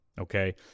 Okay